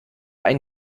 ein